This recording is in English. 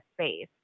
space